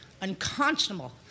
unconscionable